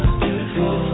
beautiful